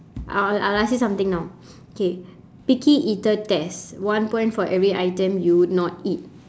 I'll I'll ask you something now okay picky eater test one point for every item you would not eat